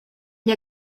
gli